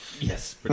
Yes